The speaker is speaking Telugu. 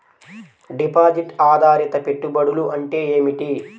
డిపాజిట్ ఆధారిత పెట్టుబడులు అంటే ఏమిటి?